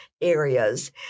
areas